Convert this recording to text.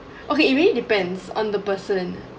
okay it really depends on the person